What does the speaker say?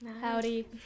Howdy